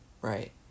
Right